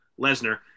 lesnar